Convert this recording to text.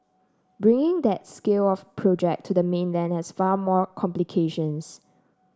bringing that scale of project to the mainland has far more complications